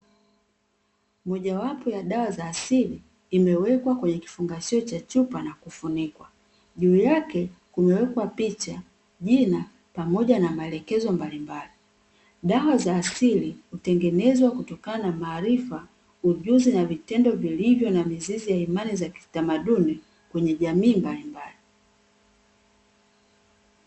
Mojawapo ya dawa za asili imewekwa kwenye kifungashio cha chupa na kufunikwa. Juu yake kumewekwa picha, jina pamoja na maelekezo mbalimbali. Dawa za asili hutengenezwa kutokana na maarifa, ujuzi na vitendo vilivyo na mizizi ya imani za kitamaduni kwenye jamii mbalimbali.